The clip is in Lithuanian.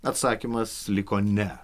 atsakymas liko ne